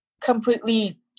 completely